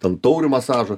ten taurių masažu